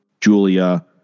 Julia